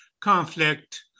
conflict